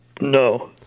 No